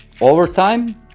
overtime